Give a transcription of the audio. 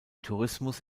tourismus